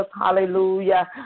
hallelujah